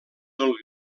del